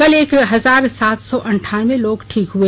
कल एक हजार सात सौ अंठानबे लोग ठीक हुए